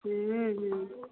हुँ हुँ